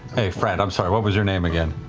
friend, i'm sorry. what was your name again?